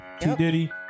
T-Diddy